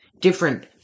different